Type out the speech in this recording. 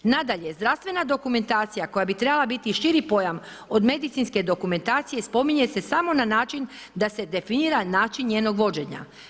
Nadalje, zdravstvena dokumentacija koja bi trebala biti širi pojam od medicinske dokumentacije, spominje se samo na način da se definira način njeno vođenja.